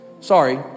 sorry